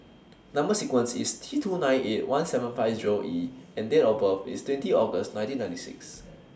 Number sequence IS T two nine eight one seven five Zero E and Date of birth IS twenty August nineteen ninety six